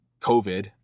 COVID